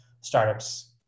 startups